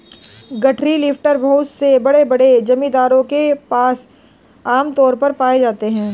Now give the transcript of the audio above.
गठरी लिफ्टर बहुत से बड़े बड़े जमींदारों के पास आम तौर पर पाए जाते है